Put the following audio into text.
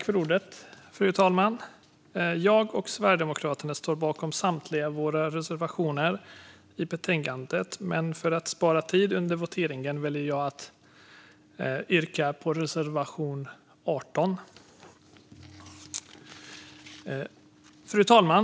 Fru talman! Jag och Sverigedemokraterna står bakom samtliga våra reservationer i betänkandet, men för att spara tid under voteringen väljer jag att yrka bifall endast till reservation 18. Fru talman!